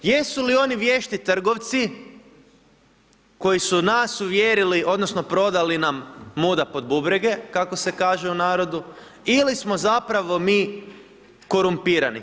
Jesu li oni vješti trgovci koji su nas uvjerili odnosno prodali nam muda pod bubrege, kako se kaže u narodu ili smo zapravo mi korumpirani.